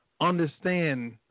understand